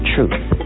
Truth